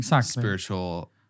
spiritual